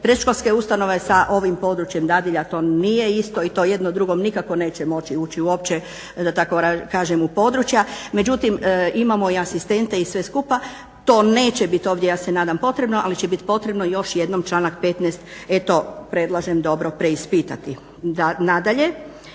predškolske ustanove sa ovim područjem dadilja. To nije isto i to jedno drugom nikako neće moći ući uopće da tako kažem u područja. Međutim imamo i asistente i sve skupa, to neće biti ovdje ja se nadam potrebno, ali će biti potrebno još jednom članak 15 eto predlažem dobro preispitati. Nadalje